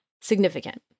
significant